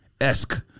esque